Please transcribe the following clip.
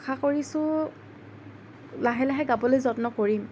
আশা কৰিছোঁ লাহে লাহে গাবলৈ যত্ন কৰিম